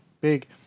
big